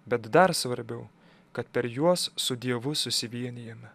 bet dar svarbiau kad per juos su dievu susivienijime